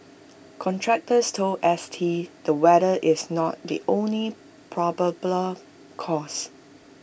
contractors told S T the weather is not the only probable cause